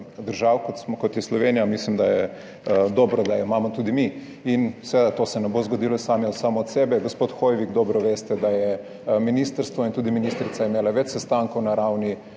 kot je Slovenija, mislim, da je dobro, da jo imamo tudi mi. In seveda, to se ne bo zgodilo samo od sebe. Gospod Hoivik, dobro veste, da je ministrstvo in tudi ministrica imela več sestankov na ravni